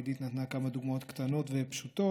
עידית נתנה כמה דוגמאות קטנות ופשוטות,